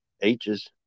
h's